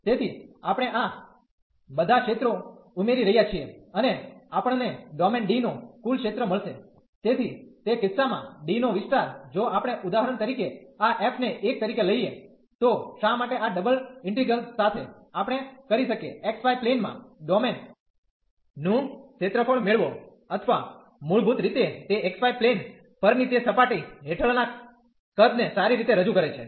તેથી આપણે આ બધા ક્ષેત્રો ઉમેરી રહ્યા છીએ અને આપણ ને ડોમેન D નો કુલ ક્ષેત્ર મળશે તેથી તે કિસ્સામાં D નો વિસ્તાર જો આપણે ઉદાહરણ તરીકે આ f ને 1 તરીકે લઈએ તો શા માટે આ ડબલ ઈન્ટિગ્રલ સાથે આપણે કરી શકીએ XY પ્લેન માં ડોમેન નું ક્ષેત્રફળ મેળવો અથવા મૂળભૂત રીતે તે xy પ્લેન પરની તે સપાટી હેઠળના કદ ને સારી રીતે રજૂ કરે છે